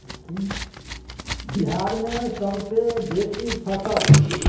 बिहारमे सभसँ बेसी फसल